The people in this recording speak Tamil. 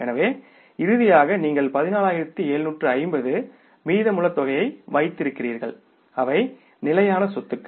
எனவே இறுதியாக நீங்கள் 14750 மீதமுள்ள தொகையை வைத்திருக்கிறீர்கள் அவை நிலையான சொத்துக்கள்